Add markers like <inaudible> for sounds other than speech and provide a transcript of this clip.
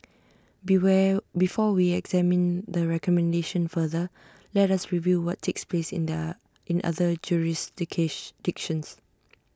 <unintelligible> before we examine the recommendation further let us review what takes place in the in other jurisdictions